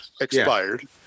expired